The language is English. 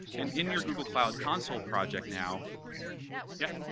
and in your google cloud console project now yep?